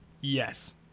Yes